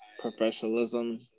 professionalism